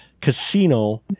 casino